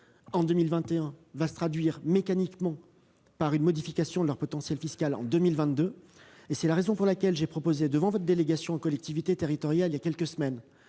en 2021 se traduira mécaniquement par une modification de leur potentiel fiscal en 2022. C'est la raison pour laquelle j'ai proposé devant votre délégation aux collectivités territoriales voilà quelques semaines,